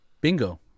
Bingo